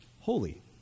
Holy